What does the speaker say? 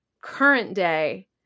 current-day